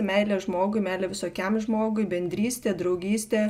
meilė žmogui meilė visokiam žmogui bendrystė draugystė